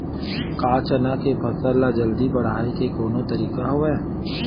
का चना के फसल ल जल्दी बढ़ाये के कोनो तरीका हवय?